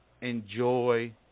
enjoy